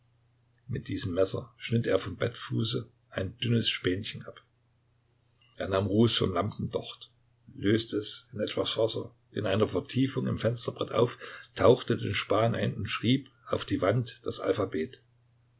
mit diesem messer schnitt er vom bettfuße ein dünnes spänchen ab er nahm ruß vom lampendocht löste ihn in etwas wasser in einer vertiefung im fensterbrett auf tauchte den span ein und schrieb auf die wand das alphabet